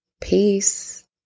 peace